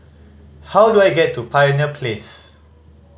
how do I get to Pioneer Place